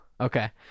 Okay